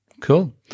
Cool